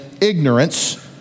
ignorance